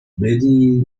many